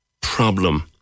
problem